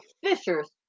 fishers